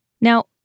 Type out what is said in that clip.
Now